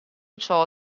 ciò